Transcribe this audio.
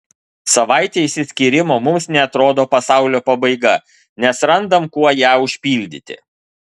savaitė išsiskyrimo mums neatrodo pasaulio pabaiga nes randam kuo ją užpildyti